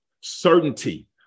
Certainty